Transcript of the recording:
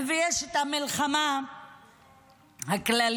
ויש את המלחמה הכללית.